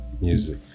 Music